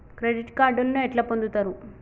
Credit కార్డులను ఎట్లా పొందుతరు?